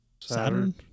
Saturn